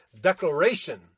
declaration